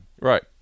Right